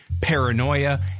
paranoia